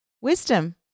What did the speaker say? wisdom